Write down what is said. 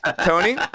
Tony